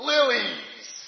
Lilies